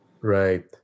Right